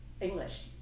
English